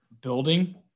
building